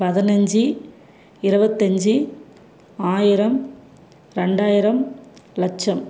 பதினைஞ்சி இருபத்தஞ்சி ஆயிரம் ரெண்டாயிரம் லட்சம்